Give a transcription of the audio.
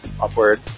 upward